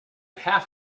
half